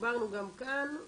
הבהרנו גם כאן.